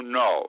no